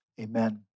Amen